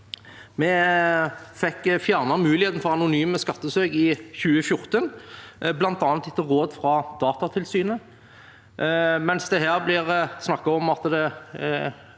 Vi fikk fjernet muligheten for anonyme skattesøk i 2014, bl.a. etter råd fra Datatilsynet. Det snakkes her som om det